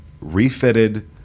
refitted